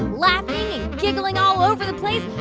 laughing giggling all over the place.